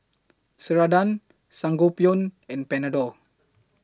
Ceradan Sangobion and Panadol